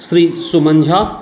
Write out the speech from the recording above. Shri Suman Jha